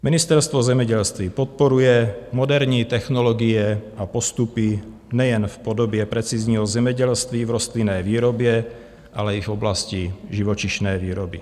Ministerstvo zemědělství podporuje moderní technologie a postupy nejen v podobě precizního zemědělství v rostlinné výrobě, ale i v oblasti živočišné výroby.